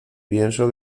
pienso